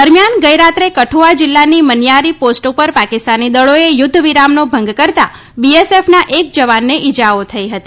દરમિયાન ગઇરાત્રે કઠુઆ જિલ્લાની મન્યારી પોસ્ટ ઉપર પાકિસ્તાની દળોએ યુદ્ધ વિરામનો ભંગ કરતા બીએસએફના એક જવાનને ઇજાઓ થઈ હતી